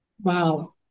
Wow